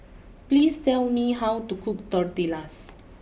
please tell me how to cook Tortillas